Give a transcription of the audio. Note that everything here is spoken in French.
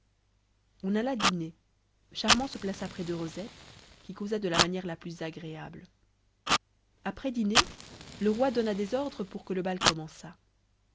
on alla dîner charmant se plaça près de rosette qui causa de la manière la plus agréable après dîner le roi donna des ordres pour que le bal commençât